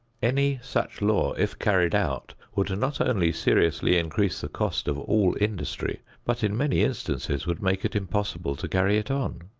any such law, if carried out, would not only seriously increase the cost of all industry, but in many instances would make it impossible to carry it on.